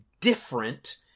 different